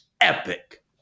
epic